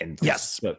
Yes